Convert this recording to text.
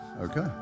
Okay